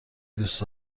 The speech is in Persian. دوست